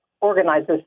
organizes